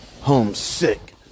homesick